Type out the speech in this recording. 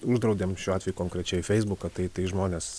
uždraudėm šiuo atveju konkrečiai feisbuką tai tai žmonės